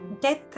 Death